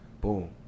Boom